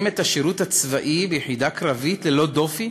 את השירות הצבאי ביחידה קרבית ללא דופי?